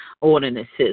ordinances